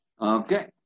Okay